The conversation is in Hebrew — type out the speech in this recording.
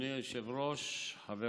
אדוני היושב-ראש, חבר